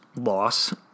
loss